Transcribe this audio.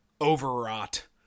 overwrought